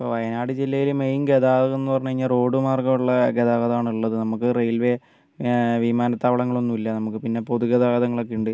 ഇപ്പോൾ വയനാട് ജില്ലയിലെ മെയിൻ ഗതാഗതം എന്ന് പറഞ്ഞു കഴിഞ്ഞാൽ റോഡ് മാർഗ്ഗമുള്ള ഗതാഗതമാണ് ഉള്ളത് നമുക്ക് റെയിൽവേ വിമാന താവളങ്ങൾ ഒന്നുമില്ല നമുക്ക് പിന്നെ പൊതു ഗതാഗതങ്ങൾ ഒക്കെ ഉണ്ട്